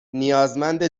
نیازمند